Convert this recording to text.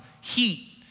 heat